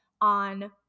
on